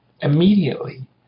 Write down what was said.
immediately